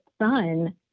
son